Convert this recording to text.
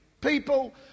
People